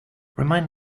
remind